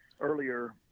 earlier